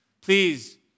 Please